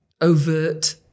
overt